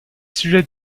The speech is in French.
sujets